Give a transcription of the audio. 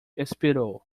expirou